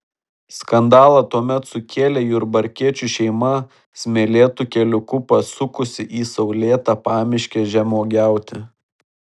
skandalą tuomet sukėlė jurbarkiečių šeima smėlėtu keliuku pasukusi į saulėtą pamiškę žemuogiauti